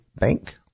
Bank